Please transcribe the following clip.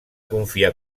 confiar